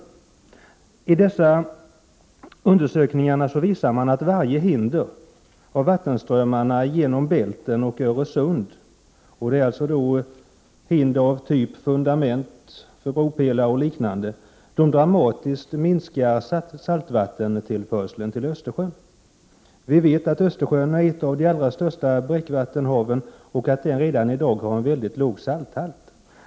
Av dessa undersökningar framgår att varje hinder för vattenströmmarna genom bälten och Öresund, t.ex. fundament för bropelare, osv., dramatiskt minskar saltvattentillförseln till Östersjön. Vi vet att Östersjön är ett av de allra största bräckvattenhaven och att Östersjön redan i dag har en mycket låg salthalt.